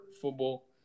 Football